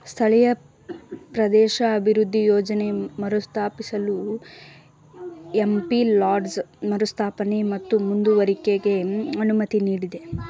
ಸ್ಥಳೀಯ ಪ್ರದೇಶಾಭಿವೃದ್ಧಿ ಯೋಜ್ನ ಮರುಸ್ಥಾಪಿಸಲು ಎಂ.ಪಿ ಲಾಡ್ಸ್ ಮರುಸ್ಥಾಪನೆ ಮತ್ತು ಮುಂದುವರೆಯುವಿಕೆಗೆ ಅನುಮತಿ ನೀಡಿದೆ